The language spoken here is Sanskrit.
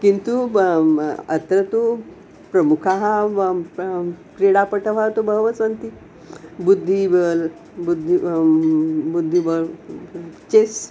किन्तु अत्र तु प्रमुखाः क्रीडापटवः तु बहवः सन्ति बुद्धिबलं बुद्धि बुद्धिबलं चेस्